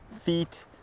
feet